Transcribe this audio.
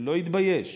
שלא התבייש